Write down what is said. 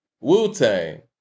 Wu-Tang